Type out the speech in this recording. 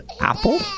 Apple